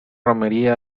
romería